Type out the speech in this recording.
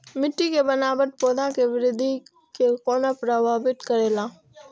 मिट्टी के बनावट पौधा के वृद्धि के कोना प्रभावित करेला?